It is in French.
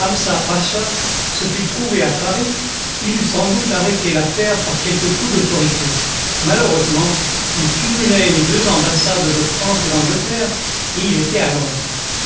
se fût trouvé à paris il eût sans doute arrêté l'affaire par quelque coup d'autorité malheureusement il cumulait les deux ambassades de france et d'angleterre et il était à londres